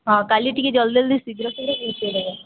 ହଁ କାଲି ଟିକିଏ ଜଲ୍ଦି ଜଲ୍ଦି ଶୀଘ୍ର ଶୀଘ୍ର